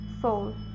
Soul